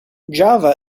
java